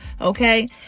okay